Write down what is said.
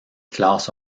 classe